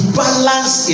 balance